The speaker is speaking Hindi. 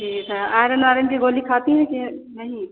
ठीक है आयरन वायरन की गोली खाती हैं कि नहीं